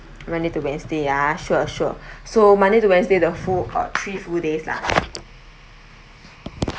monday to wednesday ah sure sure so monday to wednesday the full uh three full days lah